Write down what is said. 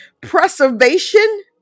preservation